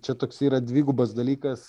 čia toks yra dvigubas dalykas